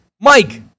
Mike